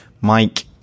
Mike